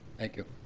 thank you.